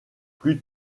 plus